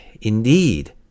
indeed